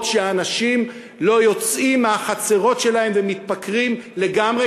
שהאנשים לא יוצאים מהחצרות שלהם ומתפקרים לגמרי,